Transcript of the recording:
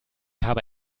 habe